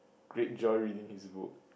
great joy reading his book